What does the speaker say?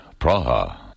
Praha